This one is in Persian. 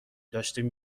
داشتیم